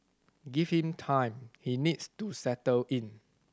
give him time he needs to settle in